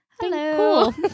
hello